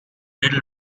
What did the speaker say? little